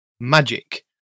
magic